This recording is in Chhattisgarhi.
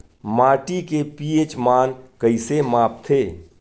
माटी के पी.एच मान कइसे मापथे?